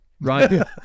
Right